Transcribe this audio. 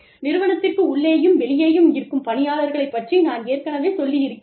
நிறுவனத்திற்கு உள்ளேயும் வெளியேயும் இருக்கும் பணியாளர்களைப் பற்றி நான் ஏற்கனவே சொல்லி இருக்கிறேன்